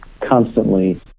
constantly